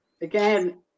again